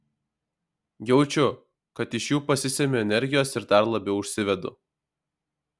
jaučiu kad iš jų pasisemiu energijos ir dar labiau užsivedu